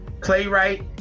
playwright